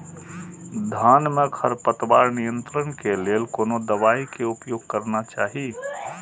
धान में खरपतवार नियंत्रण के लेल कोनो दवाई के उपयोग करना चाही?